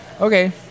Okay